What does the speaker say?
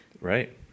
Right